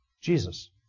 Jesus